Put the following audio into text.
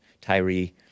Tyree